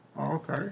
Okay